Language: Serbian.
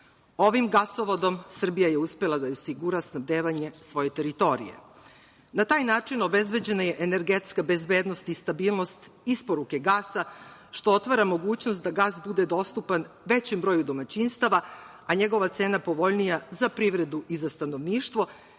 Ovim gasovodom Srbija je uspela da osigura snabdevanje svoje teritorije. Na taj način obezbeđena je energetska bezbednost i stabilnost isporuke gasa što otvara mogućnost da gas bude dostupan većem broju domaćinstava a njegova cena povoljnija za privredu i za stanovništvo